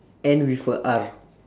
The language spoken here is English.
end with a R